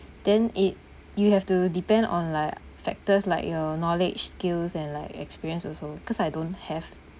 then it you have to depend on like factors like your knowledge skills and like experience also because I don't have